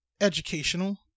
educational